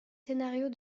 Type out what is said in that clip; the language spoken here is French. scénarios